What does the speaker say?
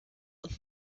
und